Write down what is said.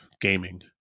gaming